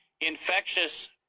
infectious